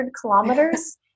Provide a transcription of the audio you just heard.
kilometers